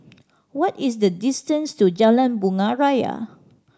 what is the distance to Jalan Bunga Raya